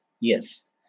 yes